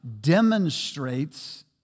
demonstrates